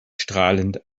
strahlend